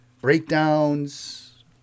breakdowns